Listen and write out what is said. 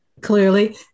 clearly